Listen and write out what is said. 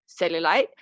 cellulite